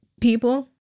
people